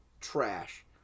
trash